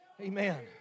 Amen